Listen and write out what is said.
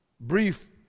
Brief